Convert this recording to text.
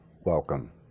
welcome